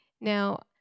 Now